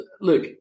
look